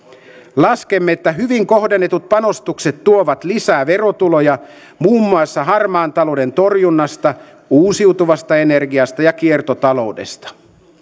laskemme että hyvin kohdennetut panostukset tuovat lisää verotuloja muun muassa harmaan talouden torjunnasta uusiutuvasta energiasta ja kiertotaloudesta